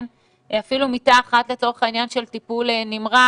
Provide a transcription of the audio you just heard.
לא הוספה אפילו מיטה אחת לתוך העניין של טיפול נמרץ,